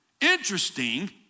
Interesting